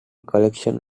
collection